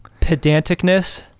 pedanticness